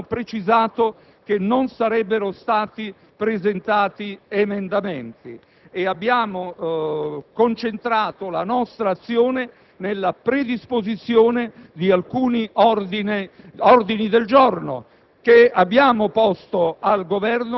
sin dall'inizio del dibattito abbiamo precisato che non sarebbero stati presentati emendamenti e abbiamo concentrato la nostra azione nella predisposizione di alcuni ordini del giorno